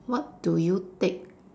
what do you take